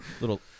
Little